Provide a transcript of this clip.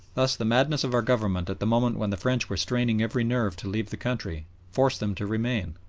thus the madness of our government at the moment when the french were straining every nerve to leave the country, forced them to remain,